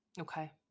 Okay